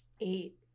Eight